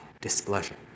displeasure